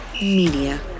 Media